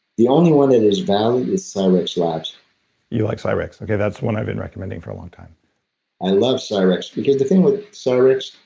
the only one that has value is cyrex labs you like cyrex. okay, that's the one i've been recommending for a long time i love cyrex. because the thing with cyrex,